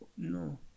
No